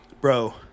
bro